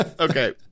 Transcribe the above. okay